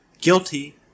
guilty